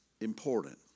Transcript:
important